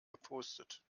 gepostet